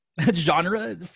genre